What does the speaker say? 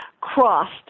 crossed